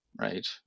Right